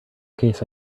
case